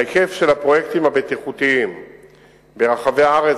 ההיקף של הפרויקטים הבטיחותיים ברחבי הארץ